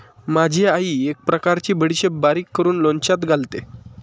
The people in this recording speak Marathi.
माझी आई एक प्रकारची बडीशेप बारीक करून लोणच्यात घालते